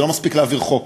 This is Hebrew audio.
זה לא מספיק להעביר חוק.